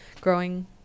growing